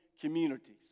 communities